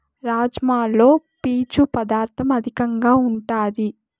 రాజ్మాలో పీచు పదార్ధం అధికంగా ఉంటాది